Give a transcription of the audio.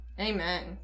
Amen